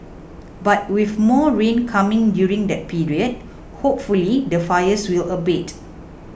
but with more rain coming during that period hopefully the fires will abate